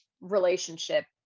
relationship